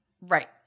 Right